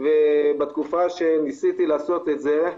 ובתקופה שניסיתי לעשות את זה,